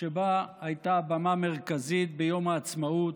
שבה הייתה במה מרכזית ביום העצמאות,